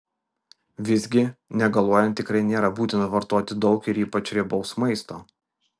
visgi negaluojant tikrai nėra būtina vartoti daug ir ypač riebaus maisto